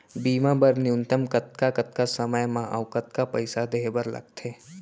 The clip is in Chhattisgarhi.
बीमा बर न्यूनतम कतका कतका समय मा अऊ कतका पइसा देहे बर लगथे